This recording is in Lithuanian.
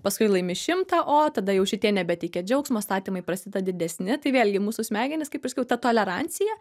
paskui laimi šimtą o tada jau šitie nebeteikia džiaugsmo statymai prasideda didesni tai vėlgi mūsų smegenys kaip ir sakiau ta tolerancija